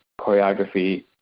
choreography